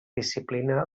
disciplina